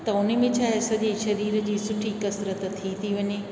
त उन में छा आहे सॼे शरीर जी सुठी कसरत थी थी वञे